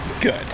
good